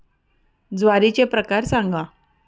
ज्वारीचे प्रकार सांगा